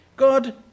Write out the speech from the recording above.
God